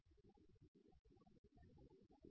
আমার eigen function আছে কিন্তু আমি দেখতে চাই এই 0 হল 2 কিনা